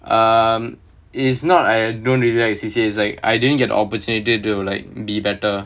um it's not I don't really like C_C_A it's like I didn't get the opportunity to like be better